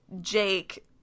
Jake